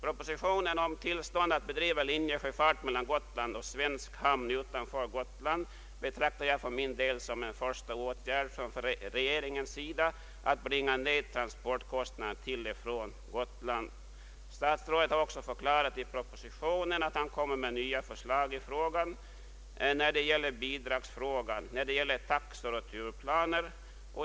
Propositionen om tillstånd att bedriva linjesjöfart mellan Gotland och svensk hamn utanför Gotland betraktar jag som en första åtgärd från regeringens sida för att nedbringa kostnaderna för transporter till och från Gotland. Statsrådet har också i propositionen förklarat att han kommer att framlägga nya förslag i bidragsfrågan och när det gäller taxor och turplaner.